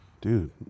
Dude